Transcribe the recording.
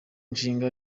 nshinga